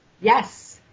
yes